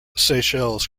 seychelles